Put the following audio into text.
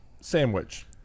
sandwich